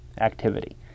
activity